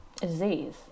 disease